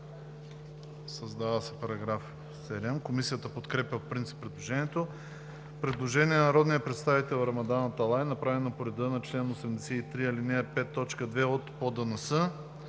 „Създава се § 7.“ Комисията подкрепя по принцип предложението. Предложение на народния представител Рамадан Аталай, направено по реда на чл. 83, ал. 5, т. 2 от ПОДНС.